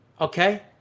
Okay